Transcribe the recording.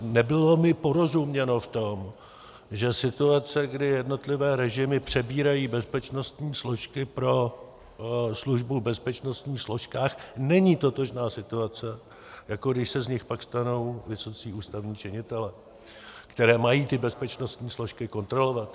Nebylo mi porozuměno v tom, že situace, kdy jednotlivé režimy přebírají bezpečnostní složky pro službu v bezpečnostních složkách, není totožná situace, jako když se z nich pak stanou vysocí ústavní činitelé, kteří mají ty bezpečnostní složky kontrolovat.